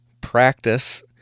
practice